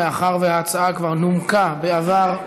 מאחר שההצעה כבר נומקה בעבר,